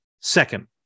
Second